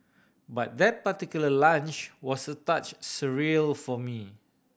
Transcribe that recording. but that particular lunch was a touch surreal for me